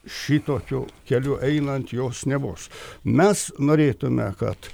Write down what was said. šitokiu keliu einant jos nebus mes norėtume kad